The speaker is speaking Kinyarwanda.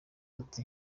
ati